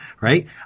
right